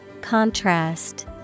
Contrast